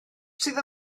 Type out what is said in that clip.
sydd